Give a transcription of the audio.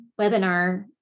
webinar